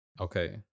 okay